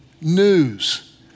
news